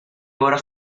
ora